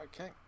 Okay